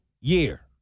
year